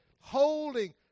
holding